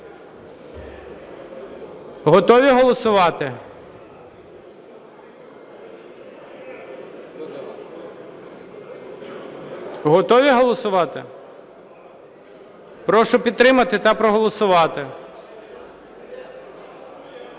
Готові голосувати? Готові голосувати? Прошу підтримати та проголосувати.